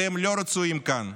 אתם לא רצויים כאן,